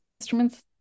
instruments